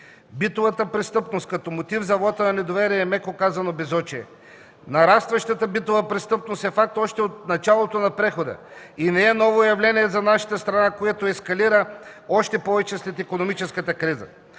Битовата престъпност като мотив за вота на недоверие е, меко казано, безочие. Нарастващата битова престъпност е факт още от началото на прехода и не е ново явление за нашата страна, което ескалира още повече след икономическата криза,